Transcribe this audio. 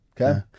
Okay